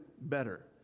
better